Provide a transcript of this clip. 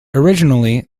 originally